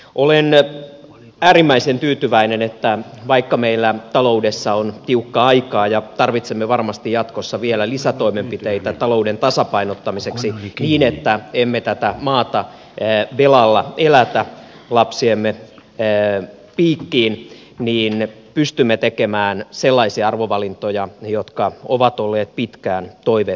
olen äärimmäisen tyytyväinen että vaikka meillä taloudessa on tiukka aika ja tarvitsemme varmasti jatkossa lisätoimenpiteitä talouden tasapainottamiseksi niin että emme tätä maata velalla elätä lapsiemme piikkiin niin pystymme tekemään sellaisia arvovalintoja jotka ovat olleet pitkään toivelistallamme